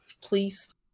please